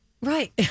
Right